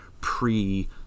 pre